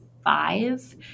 five